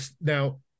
Now